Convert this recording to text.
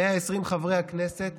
120 חברי הכנסת,